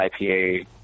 IPA